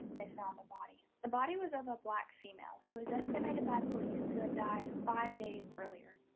they found a body. the body was of a black female who was estimated by police to have died five days earlier.